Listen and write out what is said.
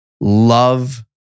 love